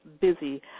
busy